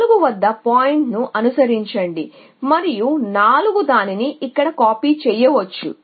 4 వద్ద పాయింట్ను అనుసరించండి మరియు 4 దానిని ఇక్కడ కాపీ చేయవచ్చు